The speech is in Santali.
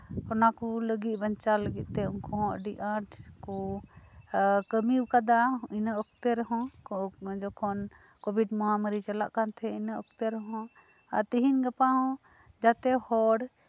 ᱚᱱᱟ ᱠᱚ ᱞᱟᱹᱜᱤᱫ ᱵᱟᱧᱪᱟᱣ ᱞᱟᱹᱜᱤᱫᱛᱮ ᱩᱱᱠᱩ ᱦᱚᱸ ᱟᱹᱰᱤ ᱟᱸᱴ ᱠᱚ ᱠᱟᱹᱢᱤ ᱠᱟᱫᱟ ᱤᱱᱟᱹ ᱚᱠᱛᱮ ᱨᱮᱦᱚᱸ ᱡᱚᱠᱷᱚᱱ ᱠᱳᱵᱷᱤᱰ ᱢᱳᱦᱟᱢᱟᱨᱤ ᱪᱟᱞᱟᱜ ᱠᱟᱱ ᱛᱟᱦᱮᱱ ᱤᱱᱟᱹ ᱚᱠᱛᱮ ᱨᱮᱦᱚᱸ ᱟᱨ ᱛᱮᱦᱤᱧ ᱜᱟᱯᱟ ᱦᱚᱸ ᱡᱟᱛᱮ ᱦᱚᱲ